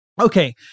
Okay